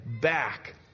back